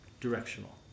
Directional